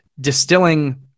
distilling